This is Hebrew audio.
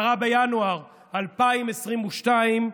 10 בינואר 2022,